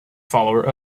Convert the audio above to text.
follower